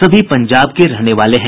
सभी पंजाब के रहने वाले हैं